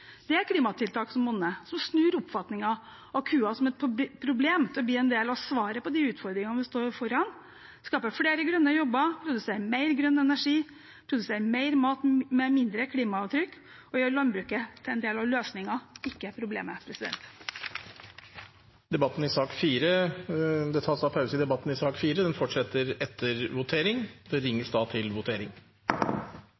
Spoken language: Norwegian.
Det er et klimatiltak som monner, som snur oppfatningen av kua som et problem til å bli en del av svaret på de utfordringene vi står foran. Det skaper flere grønne jobber og produserer mer grønn energi, produserer mer mat med mindre klimaavtrykk og gjør landbruket til en del av løsningen og ikke problemet. Vi avbryter nå debatten i sak